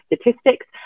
statistics